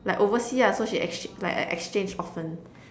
like overseas lah so she ex~ like a exchange Orphan